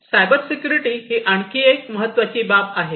cyber security ही आणखी एक महत्त्वाची बाब आहे